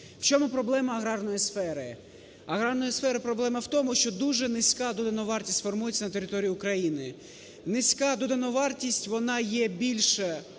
В чому проблема аграрної сфери? Аграрної сфери проблема в тому, що дуже низька додана вартість формується на території України. Низька додана вартість, вона є більш